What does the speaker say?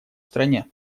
стране